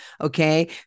Okay